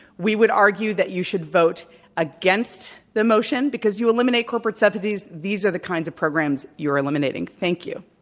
we would argue that you should vote against the motion, because you eliminate corporate subsidies, these are the kinds of p rograms you're eliminating. thank you.